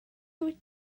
wyt